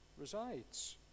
resides